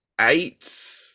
eight